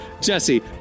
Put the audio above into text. Jesse